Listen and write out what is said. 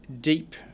deep